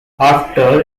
after